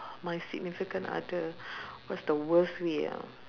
my significant other what's the worst way ah